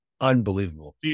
unbelievable